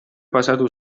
pasatu